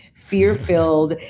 fear-filled,